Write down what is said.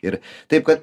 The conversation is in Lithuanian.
ir taip kad